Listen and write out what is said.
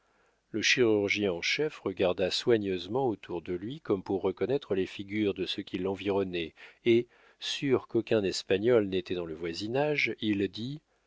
le chirurgien en chef regarda soigneusement autour de lui comme pour reconnaître les figures de ceux qui l'environnaient et sûr qu'aucun espagnol n'était dans le voisinage il dit